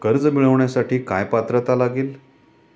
कर्ज मिळवण्यासाठी काय पात्रता लागेल?